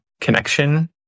connection